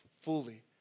fully